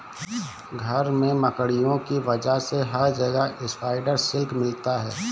घर में मकड़ियों की वजह से हर जगह स्पाइडर सिल्क मिलता है